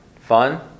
fun